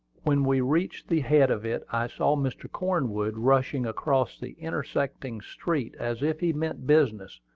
when we reached the head of it, i saw mr. cornwood rushing across the intersecting street as if he meant business,